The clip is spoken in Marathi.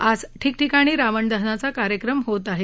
आज ठिकठिकाणी रावण दहनाचा कार्यक्रम होत आहे